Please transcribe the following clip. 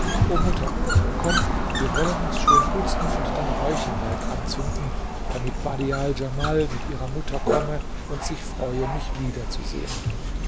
mutter komm wir wollen uns schön putzen und dann räucherwerk anzünden damit badial djamal mit ihrer mutter komme und sich freue mich wiederzusehen